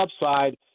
upside